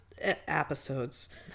episodes